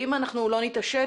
אם אנחנו לא נתעשת,